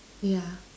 yeah